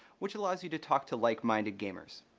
which allows you to talk to like-minded gamers.